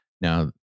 Now